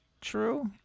true